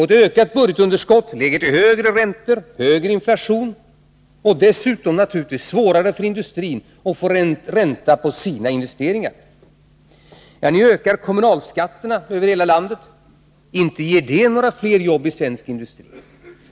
Ett ökat budgetunderskott leder till högre räntor, högre inflation och dessutom naturligtvis till att det blir svårare för industrin att få ränta på sina investeringar. Ni ökar kommunalskatterna över hela landet. Inte ger det några fler jobb i svensk industri.